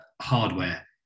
hardware